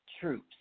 troops